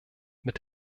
mit